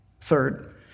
Third